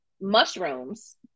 Mushrooms